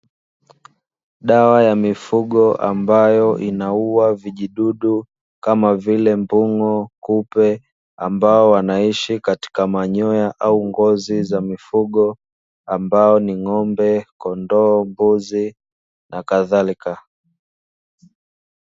Dawa ya mifugo ambayo inaua vijidudu kama vile mbungo, kupe, ambao wanaishi katika manyoya au ngozi za mifugo ambao ni: ng'ombe, kondoo, mbuzi na kadhalika.